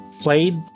played